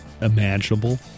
imaginable